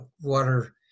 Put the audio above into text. water